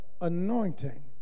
anointing